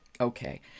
Okay